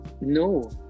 No